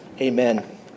Amen